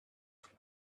from